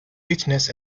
witness